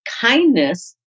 kindness